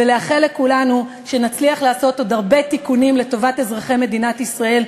ולאחל לכולנו שנצליח לעשות עוד הרבה תיקונים לטובת אזרחי מדינת ישראל,